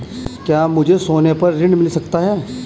क्या मुझे सोने पर ऋण मिल सकता है?